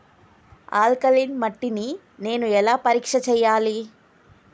Alkaline మట్టి ని నేను ఎలా పరీక్ష చేయాలి?